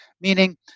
meaning